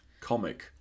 comic